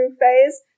phase